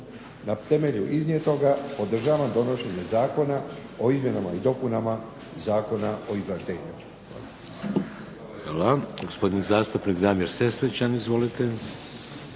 Na temelju iznijetoga podržavam donošenje Zakona o izmjenama i dopunama Zakona o izvlaštenju.